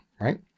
Right